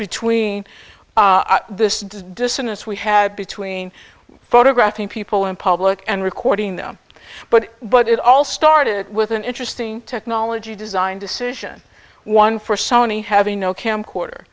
between this dissonance we had between photographing people in public and recording them but but it all started with an interesting technology design decision one for sony having no camcorder